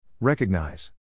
Recognize